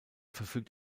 verfügt